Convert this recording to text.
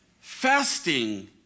fasting